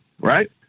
right